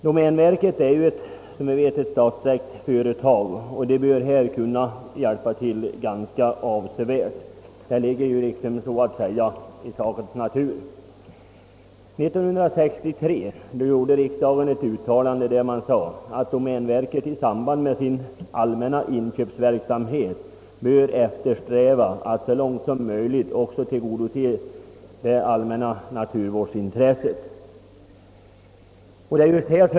Domänverket är som vi vet ett statsägt företag, och det bör här kunna hjälpa till ganska avsevärt. Det ligger så att säga i sakens natur. År 1963 gjorde riksdagen ett uttalande, i vilket det hette att domänverket i samband med sin allmänna inköpsverksamhet bör eftersträva att så långt möjligt också tillgodose det allmänna naturvårdsintresset.